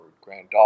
granddaughter